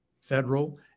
federal